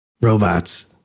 Robots